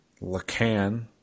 Lacan